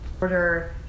Order